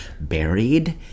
buried